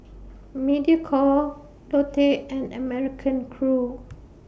Mediacorp Lotte and American Crew